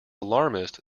alarmist